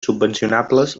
subvencionables